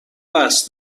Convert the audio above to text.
قصد